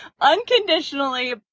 unconditionally